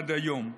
עד היום.